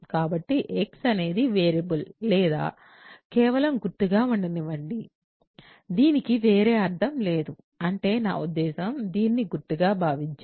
కాబట్టి x అనేది variable లేదా కేవలం గుర్తుగా ఉండనివ్వండి దీనికి వేరే అర్థం లేదు అంటే నా ఉద్దేశ్యం దీన్ని గుర్తుగా భావించండి